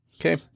Okay